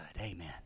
Amen